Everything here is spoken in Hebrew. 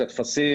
את הטפסים,